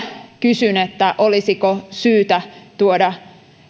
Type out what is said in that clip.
kysyn olisiko syytä tuoda